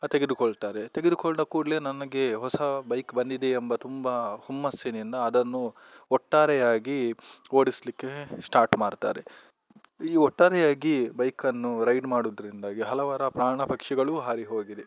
ತೆಗೆದುಕೊಳ್ತಾರೆ ತೆಗೆದುಕೊಂಡ ಕೂಡಲೇ ನನಗೆ ಹೊಸ ಬೈಕ್ ಬಂದಿದೆ ಎಂಬ ತುಂಬ ಹುಮ್ಮಸ್ಸಿನಿಂದ ಅದನ್ನು ಒಟ್ಟಾರೆಯಾಗಿ ಓಡಸಲಿಕ್ಕೆ ಸ್ಟಾಟ್ ಮಾರ್ತಾರೆ ಈ ಒಟ್ಟಾರೆಯಾಗಿ ಬೈಕನ್ನು ರೈಡ್ ಮಾಡುದರಿಂದಾಗಿ ಹಲವರ ಪ್ರಾಣಪಕ್ಷಿಗಳೂ ಹಾರಿಹೋಗಿದೆ